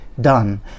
done